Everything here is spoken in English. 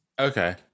Okay